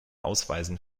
ausweisen